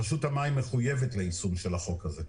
רשות המים מחויבת ליישום החוק הזה.